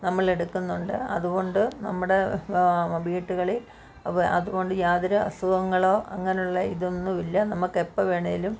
നമ്മളെടുക്കുന്നുണ്ട് അതുകൊണ്ട് നമ്മുടെ വീട്ടുകളിൽ അപ്പോൾ അതുകൊണ്ട് യാതൊരു അസുഖങ്ങളോ അങ്ങനെയുള്ള ഇതൊന്നും ഇല്ല നമുക്ക് എപ്പോൾ വേണമെങ്കിലും